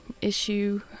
issue